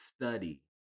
study